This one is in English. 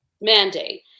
mandate